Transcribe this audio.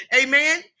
Amen